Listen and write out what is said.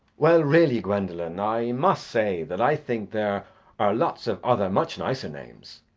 well, really, gwendolen, i must say that i think there are lots of other much nicer names.